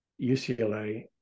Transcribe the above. UCLA